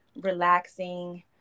relaxing